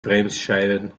bremsscheiben